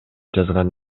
жазган